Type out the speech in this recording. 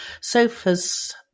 sofa's